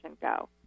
go